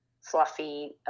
fluffy